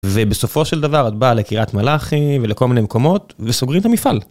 ובסופו של דבר את באה לקריית מלאכי ולכל מיני מקומות וסוגרים את המפעל.